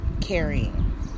carrying